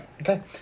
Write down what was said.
Okay